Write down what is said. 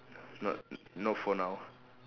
not not for now